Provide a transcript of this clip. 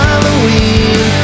Halloween